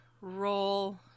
roll